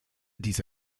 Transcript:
diese